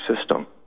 system